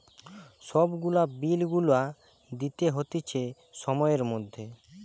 সব গুলা বিল গুলা দিতে হতিছে সময়ের মধ্যে